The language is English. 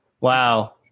Wow